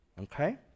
Okay